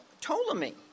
Ptolemy